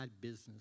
business